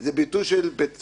זה ביטוי של בית סוהר,